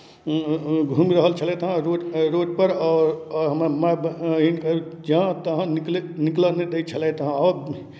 घूमि रहल छलथि हेँ रो रोडपर आओर आओर हमरा माय बहिनके जहाँ तहाँ निकलै निकलय नहि दै छलथि हँ आओर